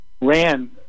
ran